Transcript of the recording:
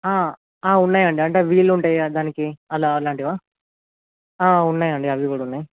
ఉన్నాయండి అంటే వీలు ఉంటాయి దానికి అలా అలాంటివా ఉన్నాయండి అవి కూడా ఉన్నాయి